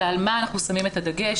אלא על מה אנחנו שמים את הדגש.